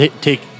take